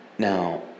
Now